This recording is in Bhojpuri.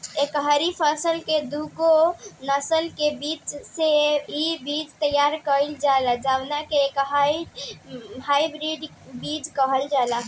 एकही फसल के दूगो नसल के बिया से इ बीज तैयार कईल जाला जवना के हाई ब्रीड के बीज कहल जाला